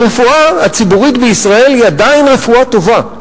הרפואה הציבורית בישראל היא עדיין רפואה טובה.